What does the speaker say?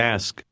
Ask